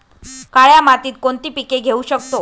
काळ्या मातीत कोणती पिके घेऊ शकतो?